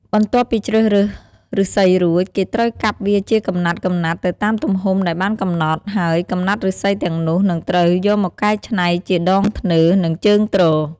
បន្ទាប់ពីជ្រើសរើសឬស្សីរួច គេត្រូវកាប់វាជាកំណាត់ៗទៅតាមទំហំដែលបានកំណត់ ហើយកំណាត់ឬស្សីទាំងនោះ នឹងត្រូវយកមកកែច្នៃជាដងធ្នើរ និងជើងទ្រ។